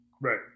Right